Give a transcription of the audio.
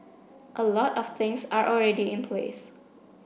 a lot of things are already in place